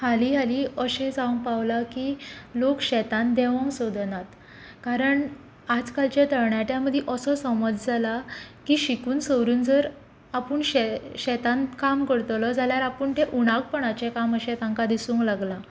हालीं हालीं अशें जावूंक पावलां की लोक शेतांत देंवोक सोदनात कारण आजकालचे तरणाट्यां मदीं असो समज जाला की शिकून सवरून जर आपूण शेतांत काम करतलो जाल्यार आपूण तें उणाकपणाचें काम अशें तांकां दिसूंक लागलां